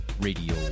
Radio